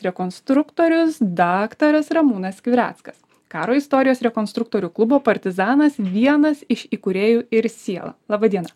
rekonstruktorius daktaras ramūnas skvireckas karo istorijos konstruktorių klubo partizanas vienas iš įkūrėjų ir siela laba diena